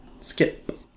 skip